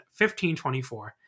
1524